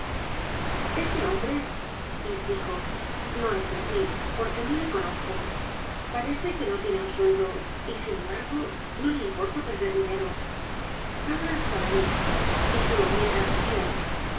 ese hombre les dijo no es de aquí porque no le conozco parece que no tiene un sueldo y sin embargo no le importa perder dinero paga hasta lagny y solo viene hasta